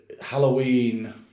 Halloween